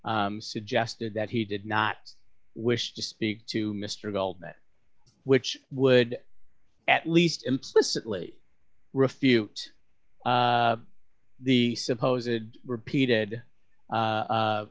suggested that he did not wish to speak to mr goldman which would at least implicitly refute the supposed repeated